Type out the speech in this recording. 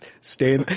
stay